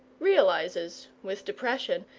realizes, with depression,